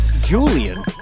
Julian